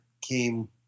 came